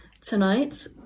Tonight